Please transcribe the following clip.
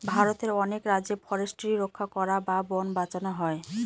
ভারতের অনেক রাজ্যে ফরেস্ট্রি রক্ষা করা বা বোন বাঁচানো হয়